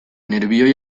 nerbioi